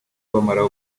bamara